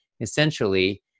essentially